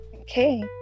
Okay